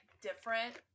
different